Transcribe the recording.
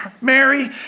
Mary